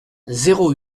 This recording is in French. zéro